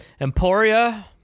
Emporia